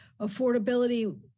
affordability